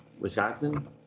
Wisconsin